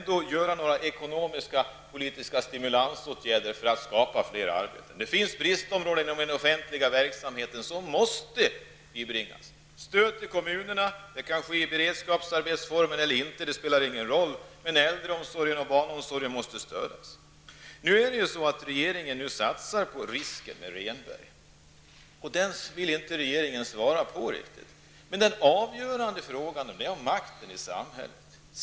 Det behövs några ekonomisk-politiska stimulansåtgärder för att skapa fler arbetstillfällen. Det finns ju bristområden inom den offentliga sektorn som måste bibringas stöd. Stödet till kommunerna kan ges i form av beredskapsjobb t.ex. -- formen spelar ingen roll. Men även äldreomsorgen och barnomsorgen måste få stöd. Regeringen satsar dock, så är det faktiskt, på -- skulle jag vilja säga -- risken med Rehnberg. Regeringen vill inte riktigt ge besked i det sammanhanget. Den avgörande frågan är dock den om makten i samhället.